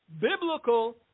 biblical